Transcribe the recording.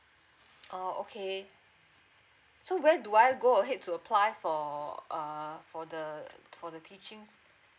oh okay so where do I go ahead to apply for err for the for the teaching